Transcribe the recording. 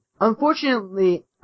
Unfortunately